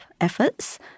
efforts